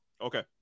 Okay